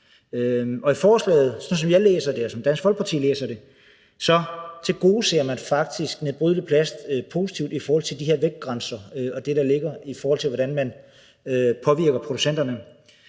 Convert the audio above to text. Og sådan som jeg læser forslaget, og som Dansk Folkeparti læser det, tilgodeser man faktisk nedbrydeligt plast i forhold til de her vægtgrænser og det, der ligger, i forhold til hvordan man påvirker producenterne.